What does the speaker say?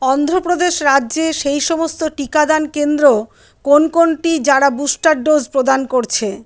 অন্ধ্রপ্রদেশ রাজ্যে সেই সমস্ত টিকাদান কেন্দ্র কোন কোনটি যারা বুস্টার ডোজ প্রদান করছে